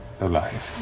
alive